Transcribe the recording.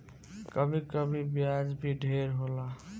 कभी कभी ब्याज भी ढेर होला